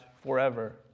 forever